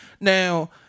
Now